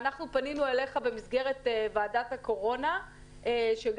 אנחנו פנינו אליך במסגרת ועדת הקורונה שגם